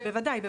בוודאי.